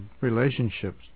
relationships